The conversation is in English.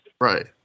Right